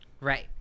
Right